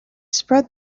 spread